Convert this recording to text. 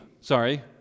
sorry